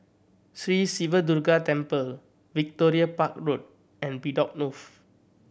Sri Siva Durga Temple Victoria Park Road and Bedok North